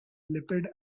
lipid